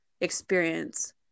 experience